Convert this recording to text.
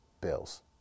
bills